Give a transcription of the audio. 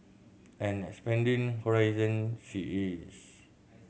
and expanding horizon she is